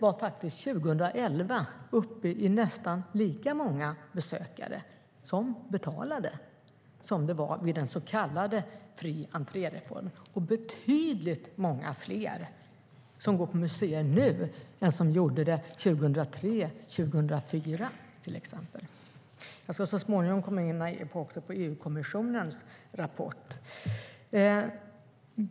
År 2011 var vi faktiskt uppe i nästan lika många besökare, som betalade, som det var vid den så kallade fri entré-reformen. Och det är betydligt fler som går på museer nu än det var 2003 och 2004, till exempel. Jag ska så småningom komma in på EU-kommissionens rapport.